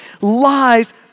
lies